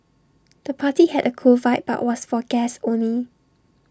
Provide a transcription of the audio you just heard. the party had A cool vibe but was for guests only